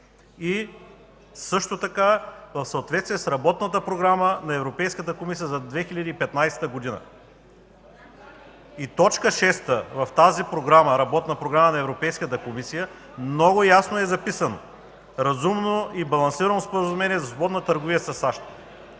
Също така е в съответствие с работната програма на Европейската комисия за 2015 г. В т. 6 от работната програма на Европейската комисия много ясно е записано: „Разумно и балансирано споразумение за свободна търговия със САЩ.”